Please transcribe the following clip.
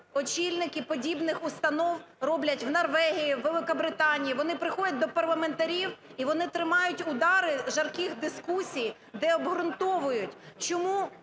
очільники подібних установ роблять в Норвегії, в Великобританії. Вони приходять до парламентарів і вони тримають удари жарких дискусій, де обґрунтовують, чому